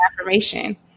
affirmation